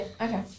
okay